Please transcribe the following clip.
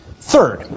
Third